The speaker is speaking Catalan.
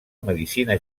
medicina